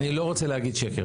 אני לא רוצה להגיד שקר.